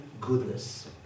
goodness